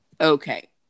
Okay